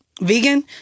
vegan